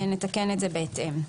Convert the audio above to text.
נתקן את זה בהתאם.